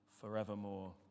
forevermore